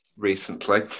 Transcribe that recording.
recently